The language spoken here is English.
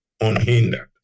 unhindered